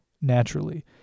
naturally